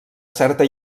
certa